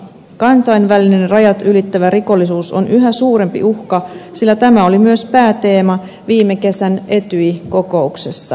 kansainvälinen rajat ylittävä rikollisuus on yhä suurempi uhka sillä tämä oli myös pääteema viime kesän etyj kokouksessa